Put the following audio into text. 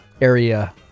Area